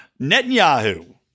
netanyahu